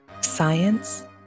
science